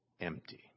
empty